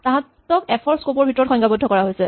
তাঁহাতক এফ ৰ স্কপ ৰ ভিতৰত সংজ্ঞাবদ্ধ কৰা হৈছে